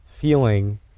feeling